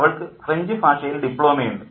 അവൾക്ക് ഫ്രഞ്ചുഭാഷയിൽ ഡിപ്ലോമയുണ്ട്